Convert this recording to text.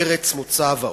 ארץ מוצא ועוד,